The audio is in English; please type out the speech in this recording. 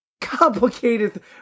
complicated